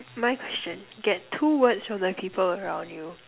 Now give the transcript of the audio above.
my question get two words from the people around you